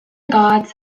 gods